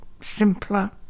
simpler